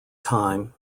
time